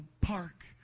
park